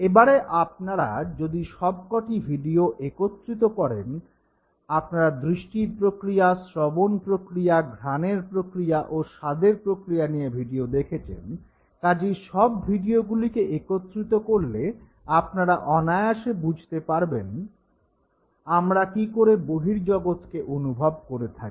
এবারে আপনারা যদি সবক'টি ভিডিও একত্রিত করেন আপনারা দৃষ্টির প্রক্রিয়া শ্রবণ প্রক্রিয়া ঘ্রাণের প্রক্রিয়া ও স্বাদের প্রক্রিয়া নিয়ে ভিডিও দেখেছেন কাজেই সব ভিডিওগুলিকে একত্রিত করলে আপনারা অনায়াসে বুঝতে পারবেন আমরা কী করে বহির্জগৎকে অনুভব করে থাকি